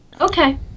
Okay